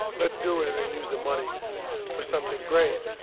let's do it and then use the money for something great.